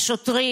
השוטרים,